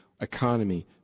economy